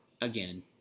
again